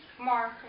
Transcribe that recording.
Mark